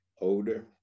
older